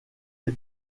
est